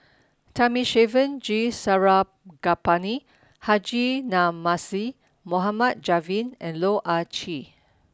Thamizhavel G Sarangapani Haji Namazie Mohd Javad and Loh Ah Chee